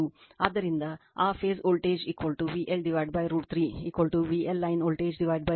ಆದ್ದರಿಂದ ಆ phase voltage VL √ 3 VL line voltage √ 3